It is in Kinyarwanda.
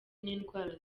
n’indwara